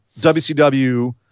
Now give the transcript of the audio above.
WCW